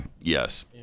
Yes